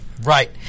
Right